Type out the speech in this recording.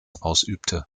ausübte